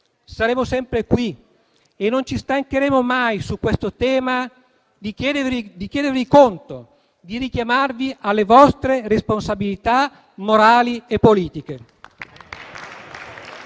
saremo sempre qui e non ci stancheremo mai su questo tema di chiedervi conto, richiamandovi alle vostre responsabilità morali e politiche.